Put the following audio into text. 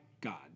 God